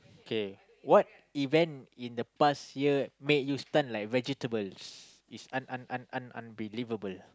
kay what event in the past year made you stun like vegetables it's un~ un~ un~ un~ unbelievable